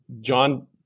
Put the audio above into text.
John